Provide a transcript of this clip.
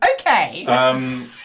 Okay